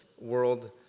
world